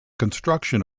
construction